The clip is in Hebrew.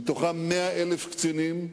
ומתוכם 100,000 קצינים,